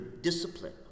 discipline